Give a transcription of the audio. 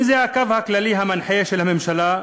אם זה הקו הכללי המנחה של הממשלה,